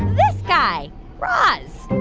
this guy raz